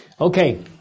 Okay